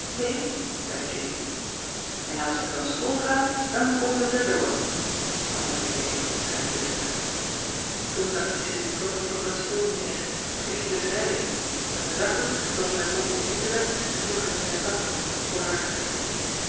en als ze van school gaat dan komt het erdoor fantaseerde ik strijdlustig toen zakte julie plotseling op een stoel neer en ging zitten schreien met een zakdoek zooals mijn pop elisabeth ze vroeger in haar zak droeg voor haar gezicht